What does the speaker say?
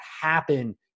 happen